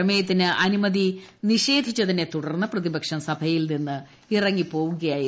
പ്രമേയത്തിന് അനുമതി നിഷേധിച്ചതിനെ തുടർന്ന് പ്രതിപക്ഷം സഭയിൽ നിന്നിറങ്ങി പോകുകയായിരുന്നു